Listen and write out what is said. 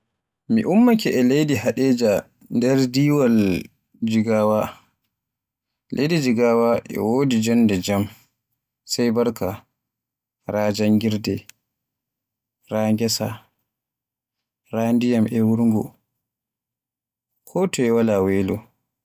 Mi ummaake e leydi Hadejia nder diiwal Jigawa, leydi Jigawa e wodi jonnde jam sai Barka, Raa janngirde, Raa gessa, Raa ndiyam e wurngo. Ko toye waala weelo.